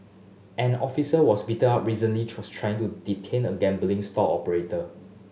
an officer was beaten up recently tries trying to detain a gambling stall operator